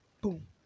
Boom